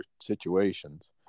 situations